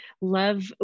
love